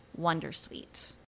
wondersuite